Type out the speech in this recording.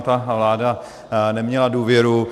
Ta vláda neměla důvěru.